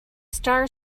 star